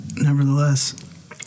nevertheless